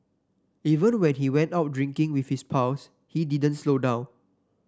even when he went out drinking with his pals he didn't slow down